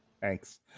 thanks